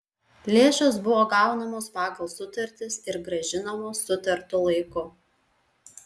lėšos buvo gaunamos pagal sutartis ir grąžinamos sutartu laiku